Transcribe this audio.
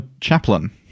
chaplain